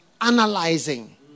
analyzing